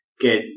get